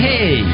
Hey